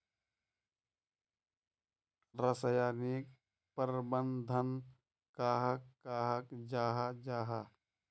रासायनिक प्रबंधन कहाक कहाल जाहा जाहा?